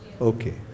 Okay